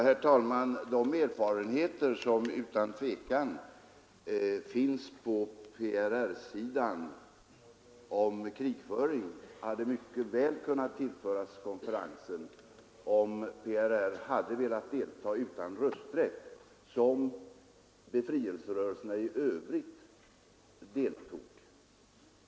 Herr talman! De erfarenheter av krigföring som utan tvivel finns på PRR-sidan hade mycket väl kunnat tillföras konferensen om PRR hade velat delta utan rösträtt såsom befrielserörelserna i övrigt deltog.